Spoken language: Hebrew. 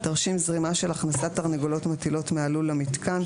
תרשים זרימה של הכנסת תרנגולות מטילות מהלול למיתקן.